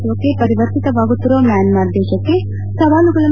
ಪ್ರಜಾಪ್ರಭುತ್ವಕ್ಕೆ ಪರಿವರ್ತಿತವಾಗುತ್ತಿರುವ ಮ್ಯಾನ್ಮಾರ್ ದೇಶಕ್ಕೆ ಸವಾಲುಗಳನ್ನು